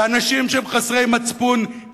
ואנשים שהם חסרי מצפון,